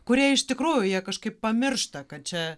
kurie iš tikrųjų jie kažkaip pamiršta kad čia